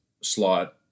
slot